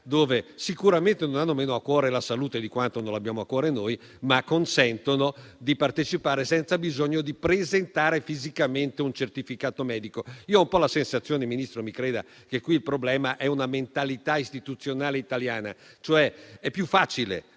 dove sicuramente non hanno meno a cuore la salute di quanto non l'abbiamo a cuore noi, ma consentono di partecipare senza bisogno di presentare fisicamente un certificato medico. Ho la sensazione, Ministro, che il problema è una mentalità istituzionale italiana; quando qualcuno